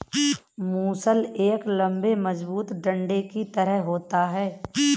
मूसल एक लम्बे मजबूत डंडे की तरह होता है